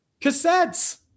Cassettes